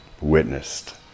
witnessed